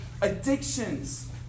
addictions